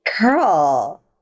Girl